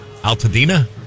Altadena